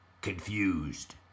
Confused